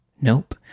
Nope